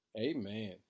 amen